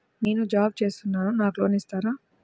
నేను జాబ్ చేస్తున్నాను నాకు లోన్ ఇస్తారా?